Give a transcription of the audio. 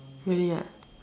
really ah